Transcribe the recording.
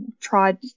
tried